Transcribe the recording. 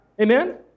Amen